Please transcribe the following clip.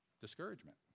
discouragement